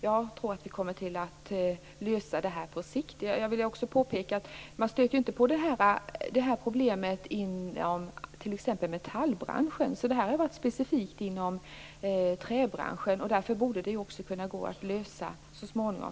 Jag tror att vi kommer att lösa detta problem på sikt. Jag vill också påpeka att man inte stöter på det här problemet inom t.ex. metallbranschen. Detta problem är specifikt inom träbranschen. Därför borde det också kunna gå att lösa så småningom.